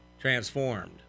transformed